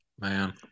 Man